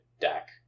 deck